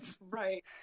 Right